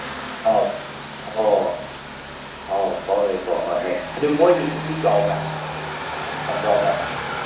ꯑꯣ ꯑꯣ ꯑꯣ ꯄꯥꯎꯔꯩꯀꯣ ꯑꯍꯣꯏ ꯑꯗꯨ ꯃꯣꯏꯒꯤ ꯈꯨꯟꯗꯤ ꯆꯥꯎꯕ꯭ꯔꯥ ꯌꯥꯝ ꯆꯥꯎꯕ꯭ꯔꯥ